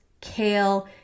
kale